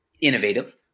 innovative